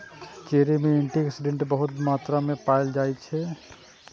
cherry मे antioxidant बहुत मात्रा मे पाएल जाइ छै